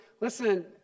Listen